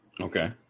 okay